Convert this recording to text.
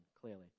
clearly